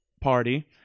party